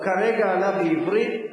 הוא כרגע עלה בעברית.